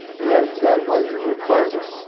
yes, that was a requirement.